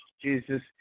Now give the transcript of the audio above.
Jesus